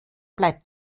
bleibt